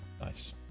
Nice